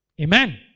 Amen